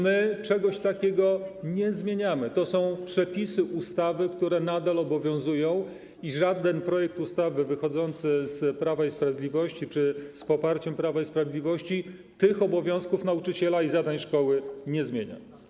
My czegoś takiego nie zmieniamy, to są przepisy ustawy, które nadal obowiązują, i żaden projekt ustawy wychodzący z Prawa i Sprawiedliwości czy z poparciem Prawa i Sprawiedliwości tych obowiązków nauczyciela i zadań szkoły nie zmienia.